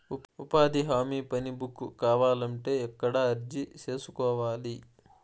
ఉపాధి హామీ పని బుక్ కావాలంటే ఎక్కడ అర్జీ సేసుకోవాలి?